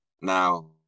now